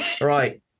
Right